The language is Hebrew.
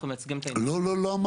אנחנו מייצגים --- לא, לא.